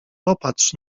popatrz